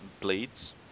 bleeds